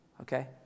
Okay